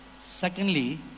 Secondly